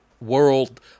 world